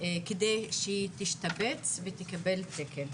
כדי שהיא תשתבץ ותקבל תקן,